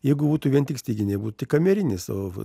jeigu būtų vien tik styginiai būtų tik kamerinis o